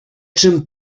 czym